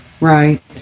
Right